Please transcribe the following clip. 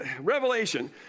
Revelation